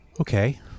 Okay